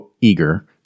eager